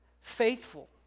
faithful